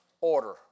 order